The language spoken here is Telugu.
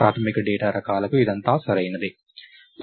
ప్రాథమిక డేటా రకాలకు ఇదంతా సరైనదే